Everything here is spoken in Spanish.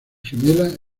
gemela